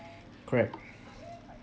correct